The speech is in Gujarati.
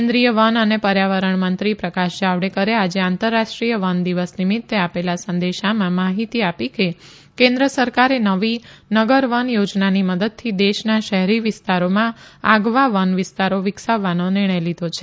કેન્દ્રિય વન અને પર્યાવરણ મંત્રી પ્રકાશ જાવડેકરે આજે આંતરરાષ્ટ્રીય વન દિવસ નિમિત્તે આપેલા સંદેશામાં માહિતી આપી કે કેન્દ્ર સરકારે નવી નગર વન યોજનાની મદદથી દેશના શેહરી વિસ્તારોમાં આગવા વન વિસ્તારો વિકસાવવાનો નિર્ણય લીધો છે